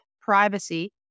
privacy